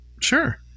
sure